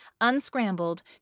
unscrambled